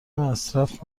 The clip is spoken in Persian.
مصرف